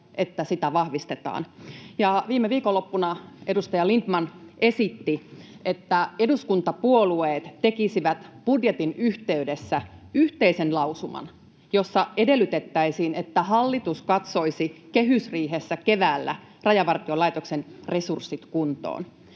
vahvistetaan. Viime viikonloppuna edustaja Lindtman esitti, että eduskuntapuolueet tekisivät budjetin yhteydessä yhteisen lausuman, jossa edellytettäisiin, että hallitus katsoisi kehysriihessä keväällä Rajavartiolaitoksen resurssit kuntoon.